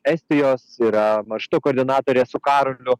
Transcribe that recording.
estijos yra maršruto koordinatorė su karoliu